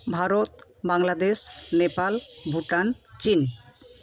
ভারত বাংলাদেশ নেপাল ভুটান চিন